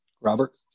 Robert